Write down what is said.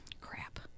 crap